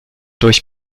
durch